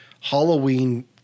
Halloween